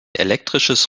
elektrisches